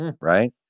Right